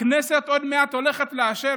הכנסת עוד מעט הולכת לאשר,